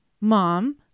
mom